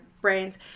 brains